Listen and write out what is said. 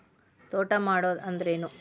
ತೋಟ ಮಾಡುದು ಅಂದ್ರ ಏನ್?